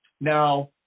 Now